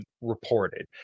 reported